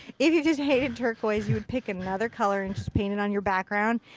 if you just hated turquoise, you would pick another color and just paint it on your background.